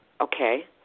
Okay